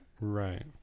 Right